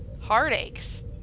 heartaches